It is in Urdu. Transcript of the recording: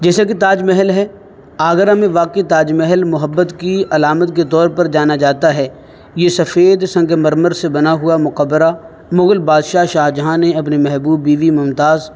جیسے کہ تاج محل ہے آگرہ میں واقع تاج محل محبت کی علامت کے طور پر جانا جاتا ہے یہ سفید سنگ مرمر سے بنا ہوا مقبرہ مغل بادشاہ شاہجہاں نے اپنی محبوب بیوی ممتاز